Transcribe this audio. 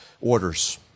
orders